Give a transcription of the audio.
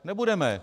Nebudeme...